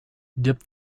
dip